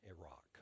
Iraq